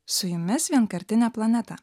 su jumis vienkartinė planeta